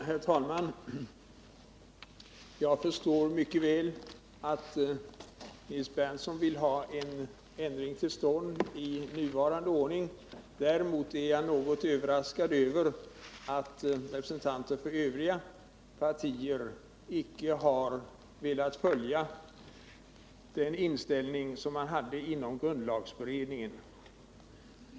Herr talman! Jag förstår mycket väl att Nils Berndtson vill ha till stånd en ändring i nuvarande ordning. Däremot är jag något överraskad över att representanter för övriga partier icke har velat acceptera den inställning som man hade inom grundlagberedningen.